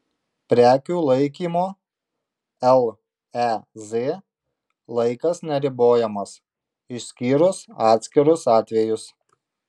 prekių laikymo lez laikas neribojamas išskyrus atskirus atvejus